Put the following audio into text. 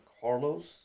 Carlos